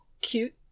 cute